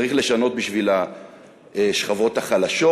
צריך לשנות בשביל השכבות החלשות,